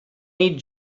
need